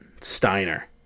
Steiner